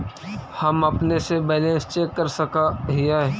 हम अपने से बैलेंस चेक कर सक हिए?